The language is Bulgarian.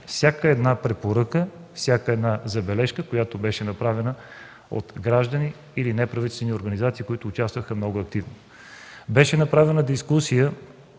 всяка една препоръка, всяка една забележка, направена от граждани или от неправителствени организации, които участваха много активно. Беше направена дискусия